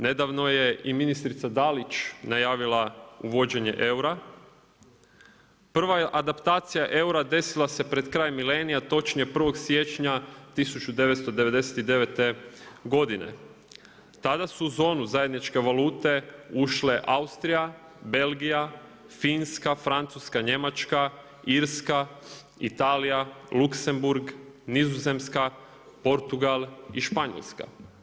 Nedavno je i ministrica Dalić najavila uvođenje eura, prva je adaptacija eura desila se pred kraj milenija, točnije 1.1.1999.g. Tada su u zonu zajedničke valute, ušle Austrija, Belgija, Finska, Francuska, Njemačka, Irska, Italija, Luksemburg, Nizozemska, Portugal i Španjolska.